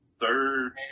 third